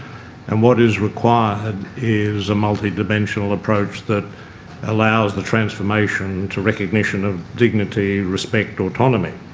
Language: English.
and what is required is a multidimensional approach that allows the transformation to recognition of dignity, respect, autonomy.